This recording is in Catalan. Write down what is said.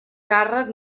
càrrec